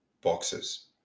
boxes